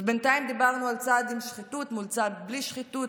אז בינתיים דיברנו על צד עם שחיתות מול צד בלי שחיתות,